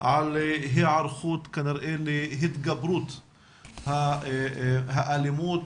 על היערכות כנראה להתגברות האלימות,